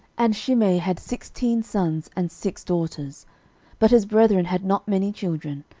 and shimei had sixteen sons and six daughters but his brethren had not many children,